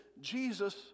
Jesus